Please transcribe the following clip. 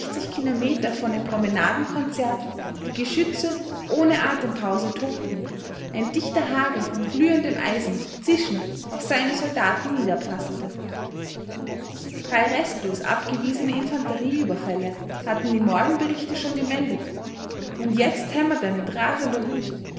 kilometer von dem promenadenkonzert die geschütze ohne atempause tobten ein dichter hagel von glühendem eisen zischend auf seine soldaten niederprasselte drei restlos abgewiesene infanterieüberfälle hatten die morgenberichte schon gemeldet und jetzt hämmerte mit rasender wut